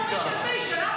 מה יש לכם?